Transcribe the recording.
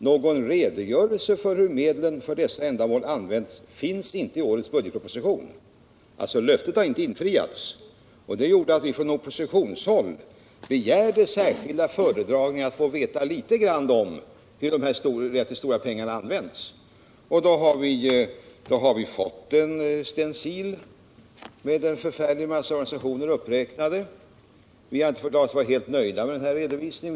”Någon redogörelse för hur medlen för dessa nya ändamål används finns inte i årets budgetproposition.” Löftet har alltså inte infriats, och det gjorde att vi från oppositionshåll begärde särskilda föredragningar för att få veta litet grand hur dessa relativt stora pengar används. Vi har fått en stencil, där en förfärlig mängd organisationer är uppräknade. Vi har inte förklarat oss helt nöjda med denna redovisning.